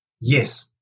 yes